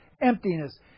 emptiness